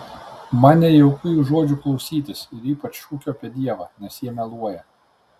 man nejauku jų žodžių klausytis ir ypač šūkio apie dievą nes jie meluoja